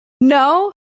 No